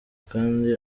kandi